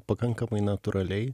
pakankamai natūraliai